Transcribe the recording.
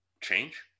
change